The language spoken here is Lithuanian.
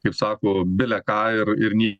kaip sako bile ką ir ir nei